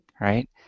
right